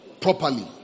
Properly